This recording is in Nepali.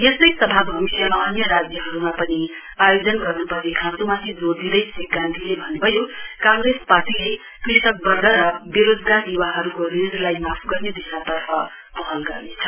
यस्तै सभा भविष्यमा अन्य राज्यहरुमा पनि आयोजन गर्नुपर्ने खाँचो माथि जोड़ दिँदै श्री गान्धीले भन्नभयो काँग्रेस पार्टीले कृषक वर्ग र वेरोजगार युवाहरुको ऋणलाई माफ गर्ने दिशातर्फ पहल गर्नेछ